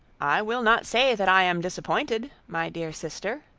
i will not say that i am disappointed, my dear sister,